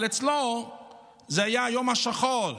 אבל אצלו זה היה היום השחור,